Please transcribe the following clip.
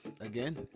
again